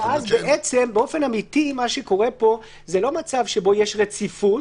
ואז באופן אמיתי זה לא מצב שבו יש רציפות,